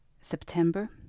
September